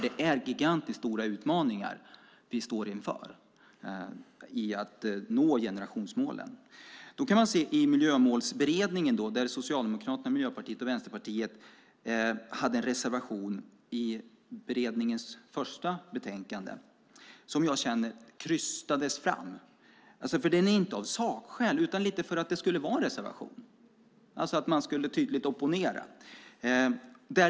Det är gigantiskt stora utmaningar vi står inför om vi ska nå generationsmålen. I Miljömålsberedningen hade Socialdemokraterna, Miljöpartiet och Vänsterpartiet en reservation i beredningens första betänkande som jag känner krystades fram. Den byggde inte på sakskäl, utan det skulle bara vara en reservation - man skulle tydligt opponera.